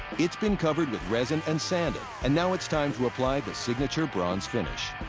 it's been covered with resin and sanded. and now, it's time to apply the signature bronze finish.